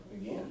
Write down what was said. again